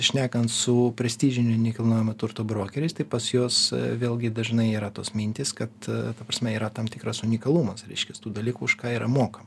šnekant su prestižinio nekilnojamo turto brokeriais tai pas juos vėlgi dažnai yra tos mintys kad ta prasme yra tam tikras unikalumas reiškias tų dalykų už ką yra moka